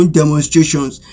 demonstrations